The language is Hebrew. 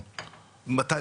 מתי,